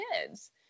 kids